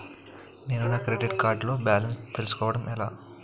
నేను నా credit card లో బాలన్స్ తెలుసుకోవడం ఎలా?